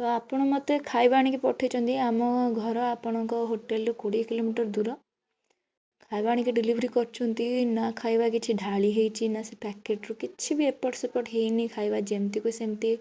ତ ଆପଣ ମୋତେ ଖାଇବା ଆଣିକି ପଠାଇଛନ୍ତି ଆମ ଘର ଆପଣଙ୍କ ହୋଟେଲରୁ କୋଡ଼ିଏ କିଲୋମିଟର ଦୂର ଖାଇବା ଆଣିକି ଡେଲିଭରି କରୁଛନ୍ତି ନା ଖାଇବା କିଛି ଢାଳି ହେଇଛି ନା ସେ ପ୍ୟାକେଟ୍ରୁ କିଛି ବି ଏପଟ ସେପଟ ହେଇନି ଖାଇବା ଯେମିତିକୁ ସେମିତି